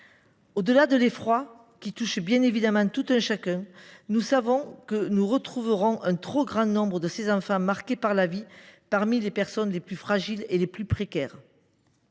Au delà de l’effroi que provoquent ces chiffres, nous savons que nous retrouverons un trop grand nombre de ces enfants marqués par la vie parmi les personnes les plus fragiles et les plus précaires.